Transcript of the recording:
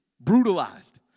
brutalized